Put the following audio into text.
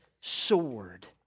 sword